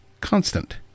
Constant